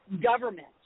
government